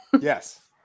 Yes